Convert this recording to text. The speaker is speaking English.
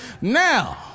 Now